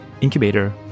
incubator